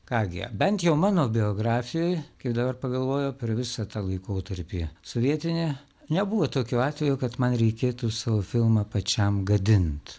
ką gi bent jau mano biografijoj kai dabar pagalvoju per visą tą laikotarpį sovietinį nebuvo tokių atvejų kad man reikėtų savo filmą pačiam gadint